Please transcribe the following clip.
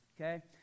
Okay